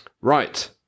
right